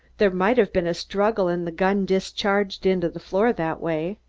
there might have been a struggle and the gun discharged into the floor that way.